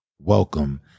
welcome